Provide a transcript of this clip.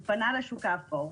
הוא פנה לשוק האפור,